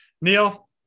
Neil